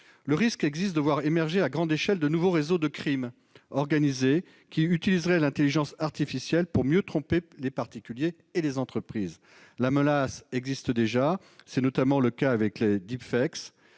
Le risque existe de voir émerger à grande échelle de nouveaux réseaux de crime organisé qui utiliseraient l'intelligence artificielle pour mieux tromper particuliers et entreprises. La menace existe déjà. C'est notamment le cas avec les image